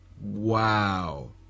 Wow